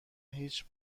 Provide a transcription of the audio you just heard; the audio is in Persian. هیچ